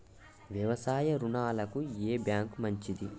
వ్యవసాయ రుణాలకు ఏ బ్యాంక్ మంచిది?